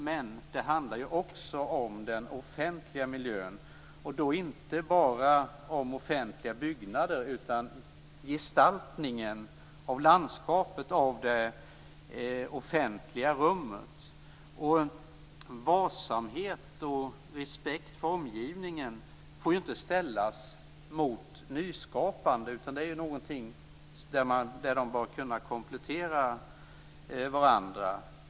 Men det handlar också om den offentliga miljön, och då inte bara om offentliga byggnader utan också om gestaltningen av landskapet, av det offentliga rummet. Varsamheten med och respekten för omgivningen får inte ställas mot nyskapandet, utan de bör kunna komplettera varandra.